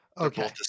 Okay